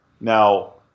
Now